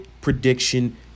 prediction